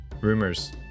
rumors